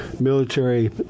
military